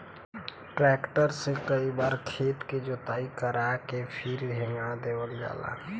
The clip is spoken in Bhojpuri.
ट्रैक्टर से कई बार खेत के जोताई करा के फिर हेंगा देवल जाला